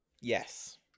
yes